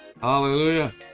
Hallelujah